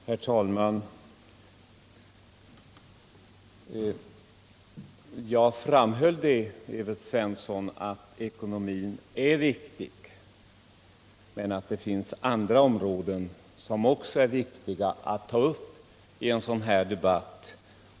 Herr talman! Jag framhöll, Evert Svensson, att ekonomin är viktig men att det också finns andra områden som är viktiga för partiledarna att ta upp i en sådan här debatt.